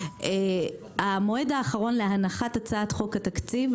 - המועד האחרון להנחת הצעת חוק התקציב,